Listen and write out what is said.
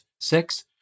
six